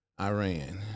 Iran